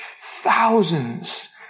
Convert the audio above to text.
Thousands